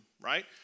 right